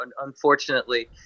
unfortunately